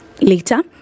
later